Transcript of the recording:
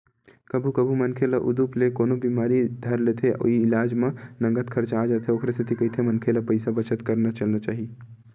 कभू कभू मनखे ल उदुप ले कोनो बिमारी धर लेथे अउ इलाज म नँगत खरचा आ जाथे ओखरे सेती कहिथे मनखे ल पइसा बचत करत चलना चाही